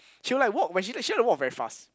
she would like walk when she like to walk very fast